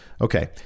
Okay